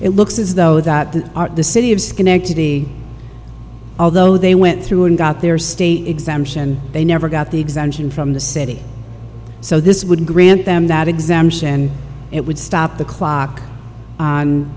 it looks as though that the city of schenectady although they went through and got their state exemption they never got the exemption from the city so this would grant them that exams and it would stop the clock